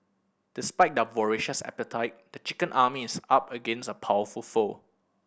despite their voracious appetite the chicken army is up against a powerful foe